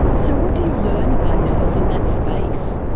so what do you learn about yourself in that space?